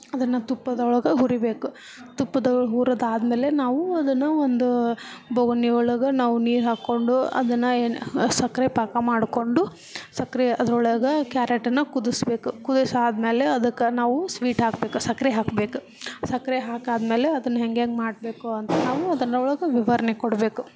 ಅದನ್ನು ತುಪ್ಪದೊಳಗೆ ಹುರಿಬೇಕು ತುಪ್ಪದೊಳಗೆ ಹುರಿದಾದಮೇಲೆ ನಾವು ಅದನ್ನು ಒಂದು ಬೋಗುಣಿ ಒಳಗೆ ನಾವು ನೀರು ಹಾಕಿಕೊಂಡು ಅದನ್ನು ಏನು ಸಕ್ಕರೆ ಪಾಕ ಮಾಡಿಕೊಂಡು ಸಕ್ಕರೆ ಅದರೊಳಗೆ ಕ್ಯಾರೆಟನ್ನು ಕುದಿಸಬೇಕು ಕುದಿಸಾದಮೇಲೆ ಅದಕ್ಕೆ ನಾವು ಸ್ವೀಟ್ ಹಾಕ್ಬೇಕು ಸಕ್ಕರೆ ಹಾಕ್ಬೇಕು ಸಕ್ಕರೆ ಹಾಕಾದಮೇಲೆ ಅದನ್ನು ಹೆಂಗೆಂಗೆ ಮಾಡಬೇಕು ಅಂತ ನಾವು ಅದನ್ನೊಳಗೆ ವಿವರ್ಣೆ ಕೊಡಬೇಕು